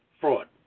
fraud